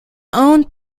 owned